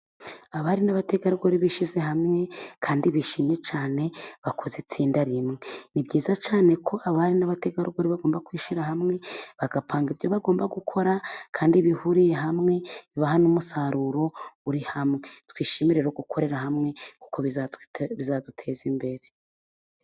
Abari n'abategarugori bishyize hamwe kandi bishimye cyane bakoze itsinda rimwe, ni byiza cyane ko abari n'abategarugori bagomba kwishyira hamwe bagapanga ibyo bagomba gukora kandi bihuriye hamwe bibaha n' umusaruro uri hamwe, twishimire gukorera hamwe kuko bizaduteza imbere.